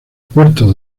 puerto